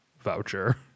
voucher